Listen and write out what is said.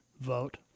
vote